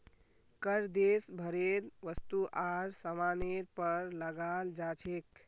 कर देश भरेर वस्तु आर सामानेर पर लगाल जा छेक